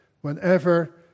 whenever